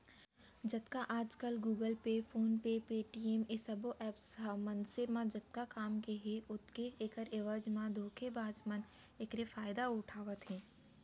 जतका आजकल Google Pay, PhonePe, Paytm ए सबो ऐप्स ह मनसे म जतका काम के हे ओतके ऐखर एवज म धोखेबाज मन एखरे फायदा उठावत हे